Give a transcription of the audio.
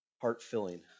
heart-filling